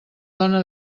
dona